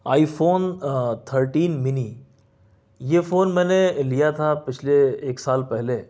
آئی phone thirteen mini یہ phone میں نے لیا تھا پچھلے ایک سال پہلے